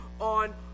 on